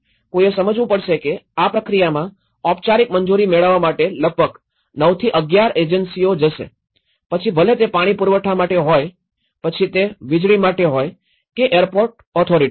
કોઈએ સમજવું પડશે કે આ પ્રક્રિયામાં ઔપચારિક મંજૂરી મેળવવા માટે લગભગ ૯ થી ૧૧ એજન્સીઓ જશે પછી ભલે તે પાણી પુરવઠા માટે હોય કે પછી તે વીજળી માટે હોય કે એરપોર્ટ અથોરીટી માટે